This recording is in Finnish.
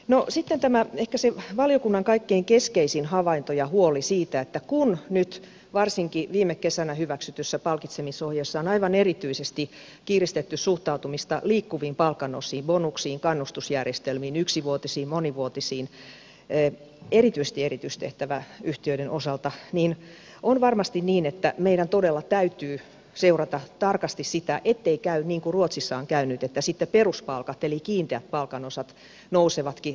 no sitten ehkä se valiokunnan kaikkein keskeisin havainto ja huoli siitä että kun nyt varsinkin viime kesänä hyväksytyssä palkitsemisohjeessa on aivan erityisesti kiristetty suhtautumista liikkuviin palkanosiin bonuksiin kannustusjärjestelmiin yksivuotisiin monivuotisiin erityisesti erityistehtäväyhtiöiden osalta niin on varmasti niin että meidän todella täytyy seurata tarkasti sitä ettei käy niin kuin ruotsissa on käynyt että sitten peruspalkat eli kiinteät palkanosat nousevatkin odottamattomalla tavalla